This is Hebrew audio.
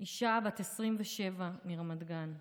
אישה בת 27 מרמת גן,